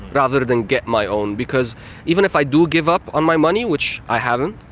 rather than get my own, because even if i do give up on my money, which i haven't,